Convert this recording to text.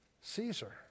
Caesar